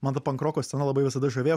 man ta pankroko scena labai visada žavėjo